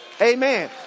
Amen